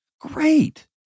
great